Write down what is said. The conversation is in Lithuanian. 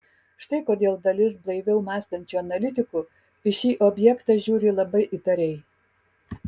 štai kodėl dalis blaiviau mąstančių analitikų į šį objektą žiūri labai įtariai